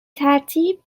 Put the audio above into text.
ترتیب